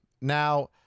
now